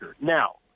Now